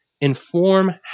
inform